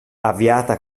avviata